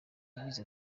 yagize